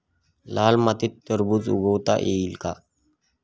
लाल मातीत टरबूज उगवता येईल का?